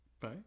Bye